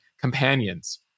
companions